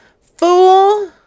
Fool